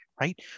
right